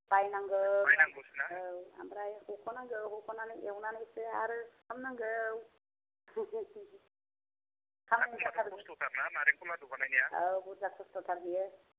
बायनांगौ बायनांगौसोना औ ओमफ्राय हख'नांगौ हख'नानै एवनानैसो आरो सिथ'मनांगौ हाब होनबाथ' खस्त'थार ना नारेंखल लादु बानायनायाव औ बुर्जा खस्थ'थार बियो